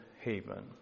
haven